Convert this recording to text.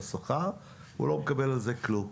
הוא לא מקבל על זה כלום,